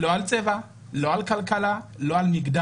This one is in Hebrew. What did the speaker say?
לא על צבע, לא כלכלה, לא על מגדר.